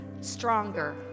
stronger